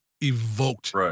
evoked